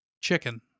Chicken